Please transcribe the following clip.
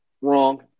Wrong